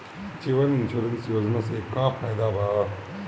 जीवन insurance योजना से का फायदा बा?